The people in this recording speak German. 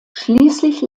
schließlich